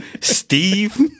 Steve